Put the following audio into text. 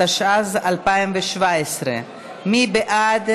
התשע"ז 2017. מי בעד?